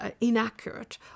inaccurate